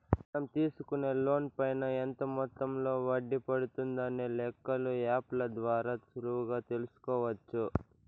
మనం తీసుకునే లోన్ పైన ఎంత మొత్తంలో వడ్డీ పడుతుందనే లెక్కలు యాప్ ల ద్వారా సులువుగా తెల్సుకోవచ్చు